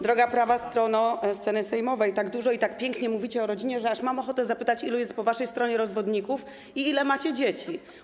Droga prawa strono sceny sejmowej, tak dużo i tak pięknie mówicie o rodzinie, że aż mam ochotę zapytać, ilu jest po waszej stronie rozwodników i ile macie dzieci.